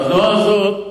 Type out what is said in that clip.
התנועה הזאת,